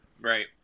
Right